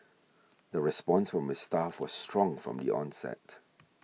the response from its staff was strong from the onset